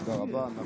תודה רבה.